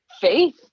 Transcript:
faith